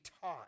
taught